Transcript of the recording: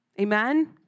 Amen